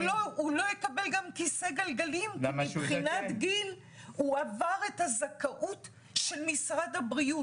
הוא לא יקבל כיסא גלגלים כי הוא עבר את גיל הזכאות של משרד הבריאות.